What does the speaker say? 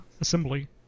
assembly